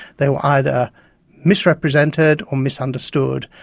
they were either misrepresented or misunderstood,